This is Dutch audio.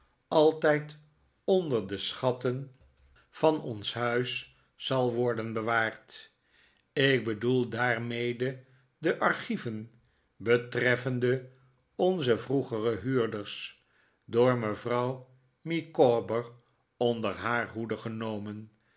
altijd onder de schatten van david copperfield ons huis zal worden bewaard ik bedoel daarmede de archieven betreffende onze vroegere huurders door mevrouw micawber onder haar hoede